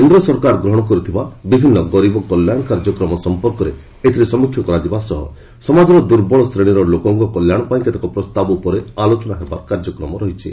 କେନ୍ଦ ସରକାର ଗ୍ରହଣ କରିଥିବା ବିଭିନ୍ନ ଗରିବ କଲ୍ୟାଣ କାର୍ଯ୍ୟକ୍ରମ ସଫପର୍କରେ ଏଥିରେ ସମୀକ୍ଷା କରାଯିବା ସହ ସମାଜର ଦୁର୍ବଳ ଶ୍ରେଣୀର ଲୋକଙ୍କ କଲ୍ୟାଣ ପାଇଁ କେତେକ ପ୍ରସ୍ତାବ ଉପରେ ଆଲୋଚନା ହେବାର କାର୍ଯ୍ୟକ୍ରମ ରହିଛି